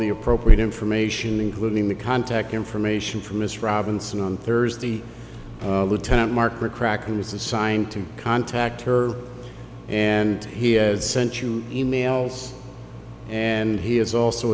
the appropriate information including the contact information for miss robinson on thursday lieutenant mark or crackers assigned to contact her and he has sent you emails and he has also